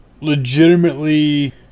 Legitimately